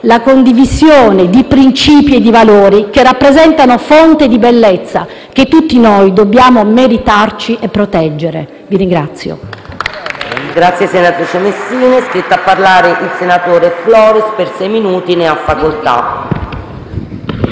la condivisione di princìpi e di valori che rappresentano fonte di bellezza che tutti noi dobbiamo meritarci e proteggere. *(Applausi